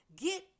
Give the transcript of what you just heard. Get